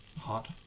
Hot